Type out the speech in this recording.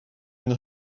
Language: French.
une